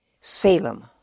Salem